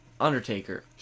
Undertaker